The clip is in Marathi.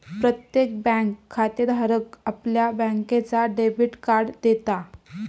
प्रत्येक बँक खातेधाराक आपल्या बँकेचा डेबिट कार्ड देता